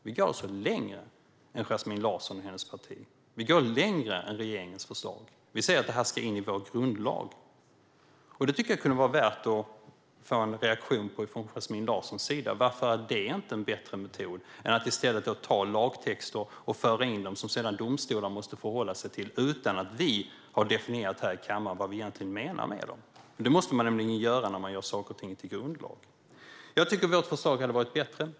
Vi går alltså längre än Yasmine Larsson och hennes parti. Vi går längre än regeringens förslag. Vi säger att det här ska in i vår grundlag. Det kunde vara värt att få en reaktion på det från Yasmine Larsson. Varför är inte det en bättre metod än att föra in lagtexter, så att domstolar måste förhålla sig till dem utan att vi här i kammaren har definierat vad vi egentligen menar med dem? Det måste man nämligen göra när man gör något till grundlag. Jag tycker att vårt förslag hade blivit bättre.